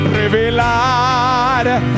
Revelar